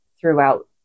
throughout